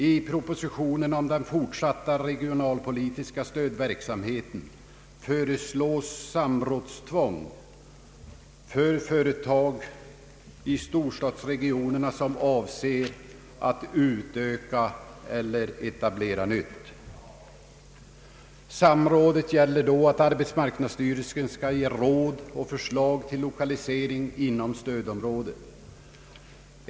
I propositionen om den fortsatta regionalpolitiska stödverksamheten fö reslås samrådstvång för företag i storstadsregionerna som planerar utökning eller nyetablering. Denna verksamhet skall tillgå på det sättet att arbetsmarknadsstyrelsen skall ge råd och förslag till lokalisering inom stödområdet.